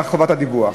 בחובת הדיווח.